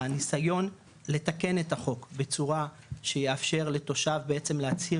הניסיון לתקן את החוק בצורה שיאפשר לתושב בעצם להצהיר